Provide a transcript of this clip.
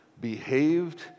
behaved